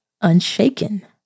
unshaken